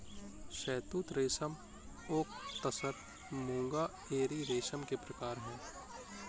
शहतूत रेशम ओक तसर मूंगा एरी रेशम के प्रकार है